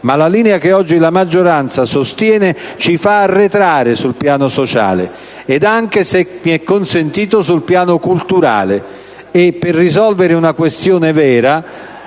Ma la linea che oggi la maggioranza sostiene ci fa arretrare sul piano sociale e anche - se mi è consentito - sul piano culturale e, per risolvere una questione vera,